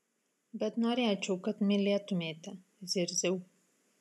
bet norėčiau kad mylėtumėte zirziau